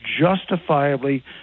justifiably